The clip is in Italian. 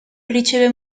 riceve